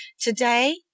today